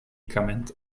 commented